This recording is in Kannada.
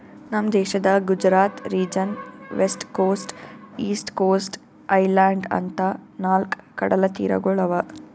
ನಮ್ ದೇಶದಾಗ್ Gujarat region, west coast, east coast, island ಅಂತಾ ನಾಲ್ಕ್ ಕಡಲತೀರಗೊಳ್ ಅವಾ